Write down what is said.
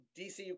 DCU